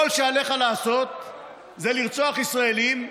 כל מה שעליך לעשות זה לרצוח ישראלים,